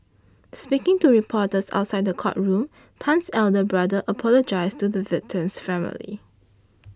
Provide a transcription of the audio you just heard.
speaking to reporters outside the courtroom Tan's eldest brother apologised to the victim's family